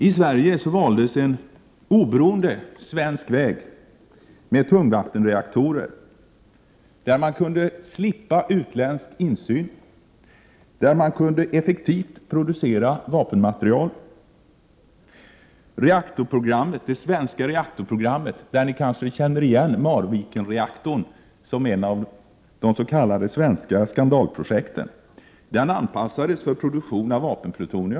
I Sverige valdes en oberoende svensk väg med tungvattenreaktorer, där man kunde slippa utländsk insyn, där man effektivt kunde producera vapenmaterial. Det svenska reaktorprogrammet, där ni kanske känner igen Marvikenreaktorn som en av de s.k. skandalprojekten, anpassades för produktion av vapenplutonium.